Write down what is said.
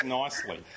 nicely